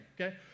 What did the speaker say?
okay